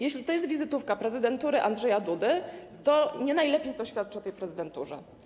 Jeśli to jest wizytówka prezydentury Andrzeja Dudy, to nie najlepiej to świadczy o tej prezydenturze.